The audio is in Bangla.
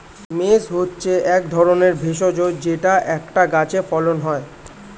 মেস হচ্ছে এক ধরনের ভেষজ যেটা একটা গাছে ফলন হয়